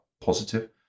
positive